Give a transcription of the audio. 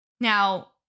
Now